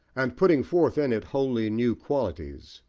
and putting forth in it wholly new qualities.